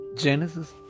Genesis